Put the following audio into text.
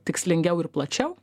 tikslingiau ir plačiau